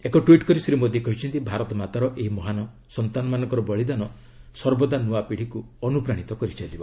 ଏକ ଟ୍ୱିଟ୍ କରି ଶ୍ରୀ ମୋଦୀ କହିଛନ୍ତି ଭାରତ ମାତାର ଏହି ମହାନ ସନ୍ତାନମାନଙ୍କ ବଳିଦାନ ସର୍ବଦା ନ୍ଆପିଢ଼ିକୁ ଅନୁପ୍ରାଣିତ କରି ଚାଲିବ